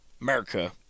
America